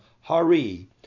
Hari